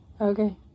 Okay